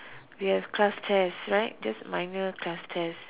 we have class test right just minor class test